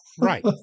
Right